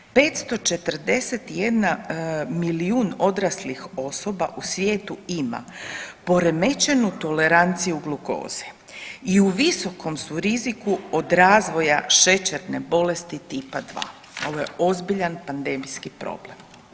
541 milijun odraslih osoba u svijetu ima poremećenu toleranciju glukoze i u visokom su riziku od razvoja šećerne bolesti Tipa 2. Ovo je ozbiljan pandemijski problem.